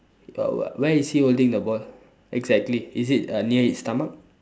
uh where is he holding the ball exactly is it uh near his stomach